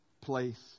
place